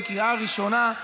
בקריאה ראשונה.